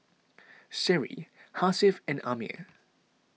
Seri Hasif and Ammir